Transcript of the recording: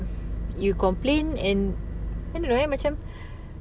you complain and I don't know macam